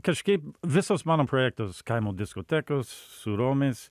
kažkaip visas mano projektas kaimo diskotekos su romais